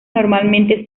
normalmente